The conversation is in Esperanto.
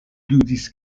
ludis